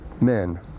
men